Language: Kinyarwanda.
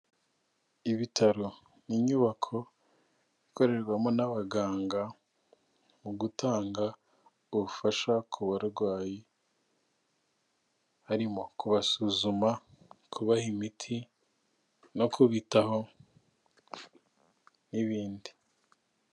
Ibitaro ni inyubako ikorerwamo n'abaganga mu gutanga ubufasha ku barwayi, harimo kubasuzuma, kubaha imiti no kubitaho n'ibindi.